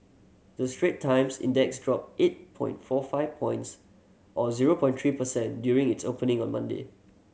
the Straits Times Index dropped eight point four five points or zero point three per cent during its opening on Monday